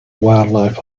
wildlife